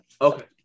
okay